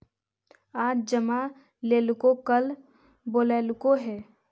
आज जमा लेलको कल बोलैलको हे?